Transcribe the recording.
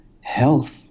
health